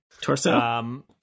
Torso